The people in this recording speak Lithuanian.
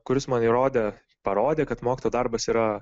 kuris man įrodė parodė kad mokytojo darbas yra